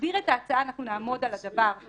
כשנסביר את ההצעה, אנחנו נעמוד על הדבר הזה יותר